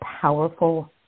powerful